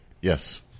Yes